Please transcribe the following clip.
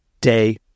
day